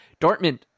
Dortmund